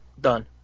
Done